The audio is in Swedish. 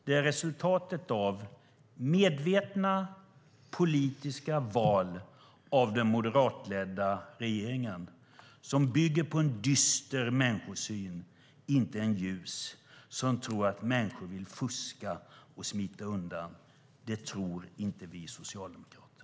Den är resultatet av medvetna politiska val av den moderatledda regeringen som bygger på en dyster människosyn, inte en ljus, en regering som tror att människor vill fuska och smita undan. Det tror inte vi socialdemokrater.